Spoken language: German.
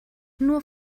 nur